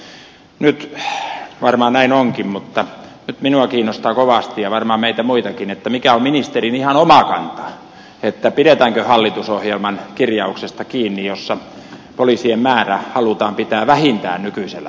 nyt varmaan näin onkin mutta minua kiinnostaa kovasti ja varmaan meitä muitakin mikä on ministerin ihan oma kanta pidetäänkö kiinni hallitusohjelman kirjauksesta jossa poliisien määrä halutaan pitää vähintään nykyisellä tasolla